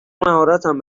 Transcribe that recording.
مهارتم